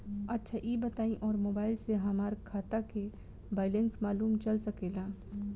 अच्छा ई बताईं और मोबाइल से हमार खाता के बइलेंस मालूम चल सकेला?